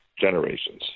Generations